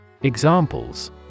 Examples